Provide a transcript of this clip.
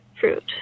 fruit